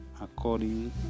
according